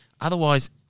Otherwise